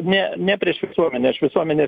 ne ne prieš visuomenę aš visuomenės